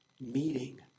meeting